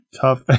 tough